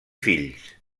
fills